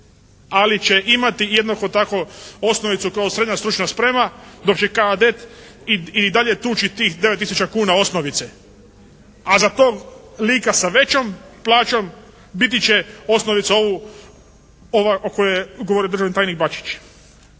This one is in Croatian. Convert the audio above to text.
ali će imati jednako tako osnovicu kao srednja stručna sprema, dok će kadet i dalje tući tih 9 tisuća kuna osnovice. A za tog lika sa većom plaćom biti će osnovica ova o kojoj je govorio državni tajnik Bačić.